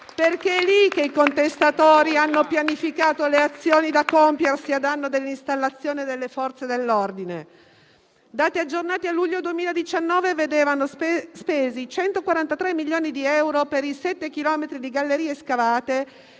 perché è lì che i contestatori hanno pianificato le azioni da compiersi a danno dell'installazione e delle Forze dell'ordine. I dati aggiornati a luglio 2019 vedevano spesi 143 milioni di euro per i sette chilometri di gallerie scavate